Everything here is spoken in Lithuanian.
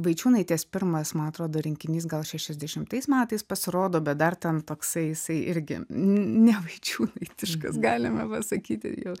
vaičiūnaitės pirmas ma atrodo rinkinys gal šešiasdešimtais metais pasirodo bet dar ten toksai jisai irgi ne viačiūnaitiškas galima sakyti jau